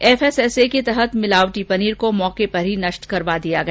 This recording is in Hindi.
एफएसएसए के तहत मिलावटी पनीर को मौके पर ही नष्ट करवा दिया गया